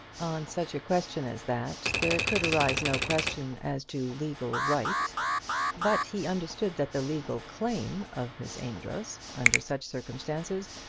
on such a question as that there could arise no question as to legal right but he understood that the legal claim of miss amedroz, under such circumstances,